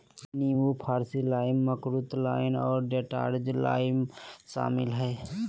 नींबू फारसी lime, makrut lime और डेजर्ट लाइम शामिल हइ